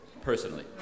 personally